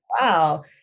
wow